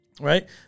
right